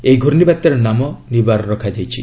ଏହି ଘୂର୍ଣ୍ଣିବାତ୍ୟାର ନାମ 'ନିବାର' ରଖାଯାଇଛି